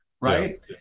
right